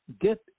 get